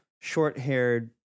short-haired